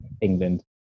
england